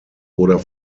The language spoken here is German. oder